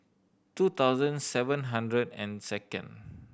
two thousand seven hundred and second